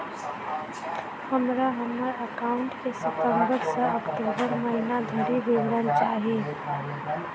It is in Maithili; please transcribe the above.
हमरा हम्मर एकाउंट केँ सितम्बर सँ अक्टूबर महीना धरि विवरण चाहि?